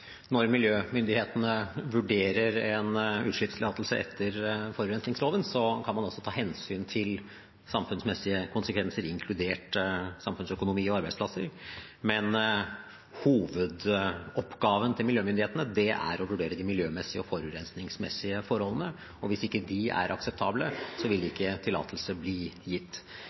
når miljømyndighetene vurderer en utslippstillatelse etter forurensningsloven, kan man også ta hensyn til samfunnsmessige konsekvenser, inkludert samfunnsøkonomi og arbeidsplasser, men hovedoppgaven til miljømyndighetene er å vurdere de miljømessige og forurensningmessige forholdene, og hvis ikke de er akseptable, vil ikke tillatelse bli gitt.